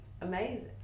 amazing